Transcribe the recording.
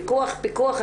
פיקוח פיקוח,